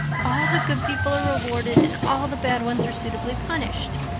all the good people are rewarded and all the bad ones are suitably punished.